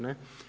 Ne.